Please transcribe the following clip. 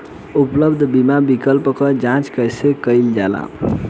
उपलब्ध बीमा विकल्प क जांच कैसे कइल जाला?